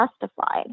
justified